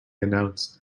announced